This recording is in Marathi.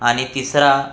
आणि तिसरा